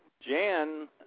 Jan